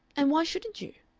and why shouldn't you?